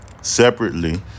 Separately